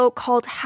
called